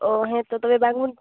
ᱚ ᱦᱮᱸ ᱛᱳ ᱛᱚᱵᱮ ᱵᱟᱜᱽᱢᱩᱱ